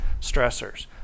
stressors